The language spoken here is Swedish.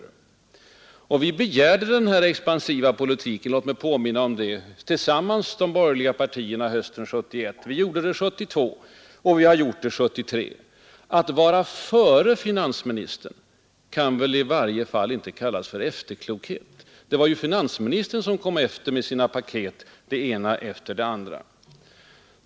Vi har från de borgerliga partierna tillsammans begärt en mer expansiv politik — låt mig påminna om det — hösten 1971, vi gjorde det 1972 och vi har gjort det 1973. Att vara före finansministern kan väl i varje fall inte kallas efterklokhet. Det var ju finansministern som kom efter med det ena efter det andra av sina s.k. paket.